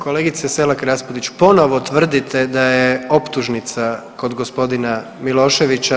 Kolegice Selak Raspudić ponovo tvrdite da je optužnica kod gospodina Miloševića.